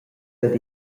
dad